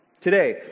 Today